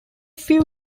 few